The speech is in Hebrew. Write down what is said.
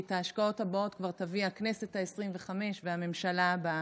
כי את ההשקעות הבאות כבר תביא הכנסת העשרים-וחמש והממשלה הבאה.